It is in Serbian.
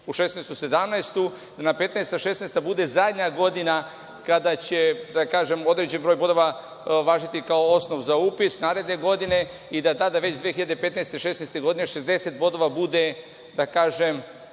u 2016/17. da 2015/16. bude zadnja godina kada će, da kažem, određen broj bodova važiti kao osnov za upis naredne godine i da tada već 2015/16. godine 60 bodova bude, da kažem,